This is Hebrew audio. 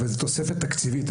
אבל זאת תוספת תקציבית.